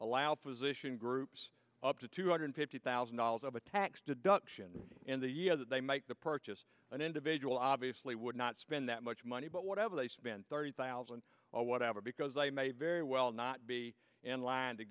allow physician groups up to two hundred fifty thousand dollars of a tax deduction in the year that they make the purchase an individual obviously would not spend that much money but whatever they spend thirty thousand or whatever because they may very well not be in line to